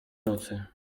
nocy